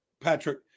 Patrick